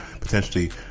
potentially